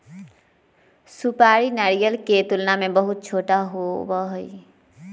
सुपारी नारियल के तुलना में बहुत छोटा होबा हई